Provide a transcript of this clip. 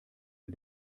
wir